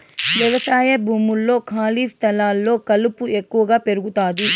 వ్యవసాయ భూముల్లో, ఖాళీ స్థలాల్లో కలుపు ఎక్కువగా పెరుగుతాది